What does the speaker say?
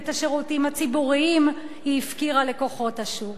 ואת השירותים הציבוריים היא הפקירה לכוחות השוק.